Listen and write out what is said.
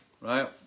right